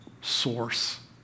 source